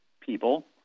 people